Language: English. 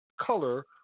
color